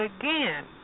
again